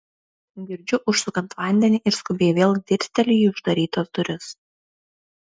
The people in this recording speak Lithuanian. girdžiu užsukant vandenį ir skubiai vėl dirsteliu į uždarytas duris